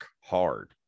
hard